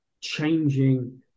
changing